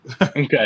Okay